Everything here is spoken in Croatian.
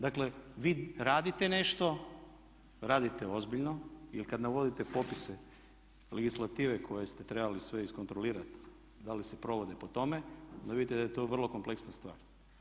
Dakle vi radite nešto, radite ozbiljno jer kada navodite popise, legislative koje ste trebali sve iskontrolirati da li se provode po tome onda vidite da je to vrlo kompleksna stvar.